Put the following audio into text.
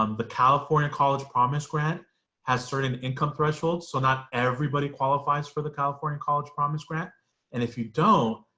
um the california college promise grant has certain income thresholds so not everybody qualifies for the california college promise grant and if you don't,